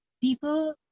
people